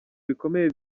bikomeye